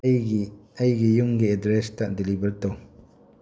ꯑꯩꯒꯤ ꯑꯩꯒꯤ ꯌꯨꯝꯒꯤ ꯑꯦꯗ꯭ꯔꯦꯁꯇ ꯗꯤꯂꯤꯚꯔ ꯇꯧ